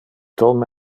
tom